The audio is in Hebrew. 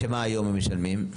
שמה היום הם משלמים?